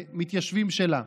במתיישבים שלה.